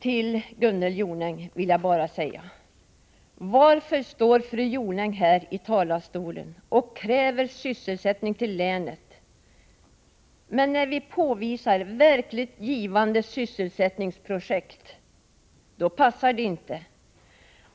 Till Gunnel Jonäng vill jag bara säga följande: Varför står fru Jonäng här i talarstolen och kräver sysselsättning till Gävleborgs län, när det inte passar då vi anvisar verkligt givande sysselsättningsprojekt?